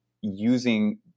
using